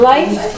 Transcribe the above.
Life